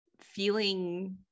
feeling